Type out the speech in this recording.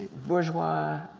bourgeois